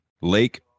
Lake